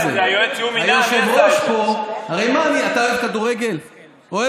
עם שלושה כתבי אישום,